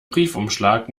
briefumschlag